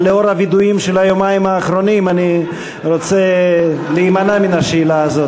אבל לאור הווידויים של היומיים האחרונים אני רוצה להימנע מן השאלה הזאת.